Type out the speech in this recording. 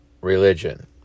religion